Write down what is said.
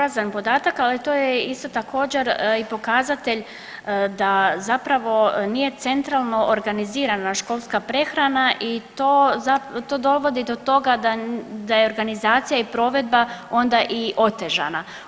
To je porazan podataka, ali to je isto također i pokazatelj da zapravo nije centralno organizirana školska prehrana i to dovodi do toga da je organizacija i provedba onda i otežana.